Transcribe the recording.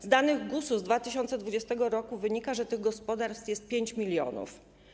Z danych GUS-u z 2020 r. wynika, że tych gospodarstw jest 5 mln.